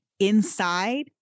inside